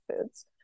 foods